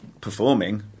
performing